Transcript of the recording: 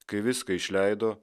kai viską išleido